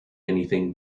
anything